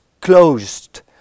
closed